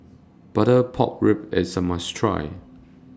Butter Pork Ribs IS A must Try